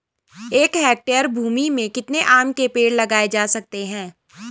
एक हेक्टेयर भूमि में कितने आम के पेड़ लगाए जा सकते हैं?